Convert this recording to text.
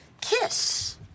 Kiss